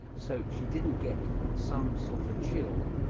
so she didn't get some sort of chill,